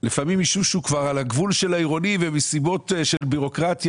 לפעמים ישוב שהוא כבר על הגבול של עירוני ומסיבות של בירוקרטיה